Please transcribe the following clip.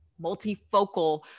multifocal